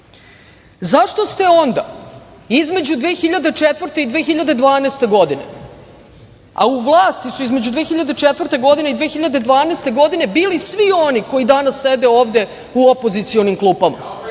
zašto ste onda između 2004. i 2012. godine, a u vlasti su između 2004. i 2012. godine bili svi oni koji danas sede ovde u opozicionim klupama,